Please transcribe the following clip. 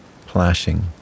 plashing